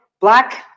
black